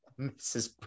mrs